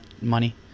money